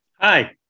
hi